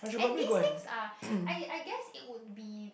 and these things are I I guess it would be